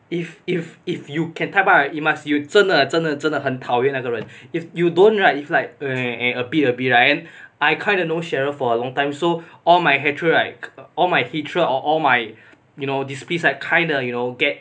if if if you can type out you must you 真的真的真的很讨厌那个人 if you don't right if like a bit a bit right I kind of know cheryl for a long time so all my hatred like all my hatred or all my you know displease kinda you know get